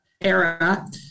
era